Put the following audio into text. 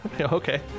Okay